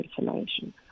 information